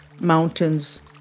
mountains